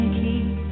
keep